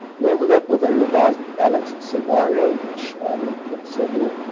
we ended up with a revised balanced scenario, which looked at several